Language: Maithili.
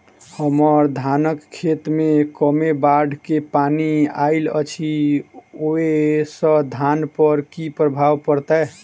हम्मर धानक खेत मे कमे बाढ़ केँ पानि आइल अछि, ओय सँ धान पर की प्रभाव पड़तै?